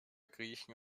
griechen